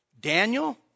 Daniel